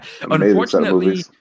Unfortunately